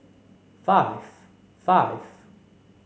five five